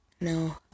No